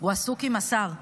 הוא עסוק עם השר.